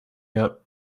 yet